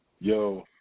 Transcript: Yo